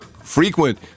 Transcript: frequent